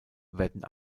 werden